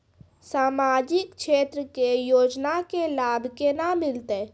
समाजिक क्षेत्र के योजना के लाभ केना मिलतै?